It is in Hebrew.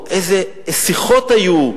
איזה שיחות היו,